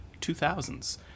2000s